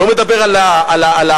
לא מדבר על הצבא,